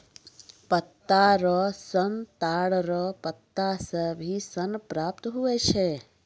पत्ता रो सन ताड़ रो पत्ता से भी सन प्राप्त हुवै छै